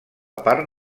part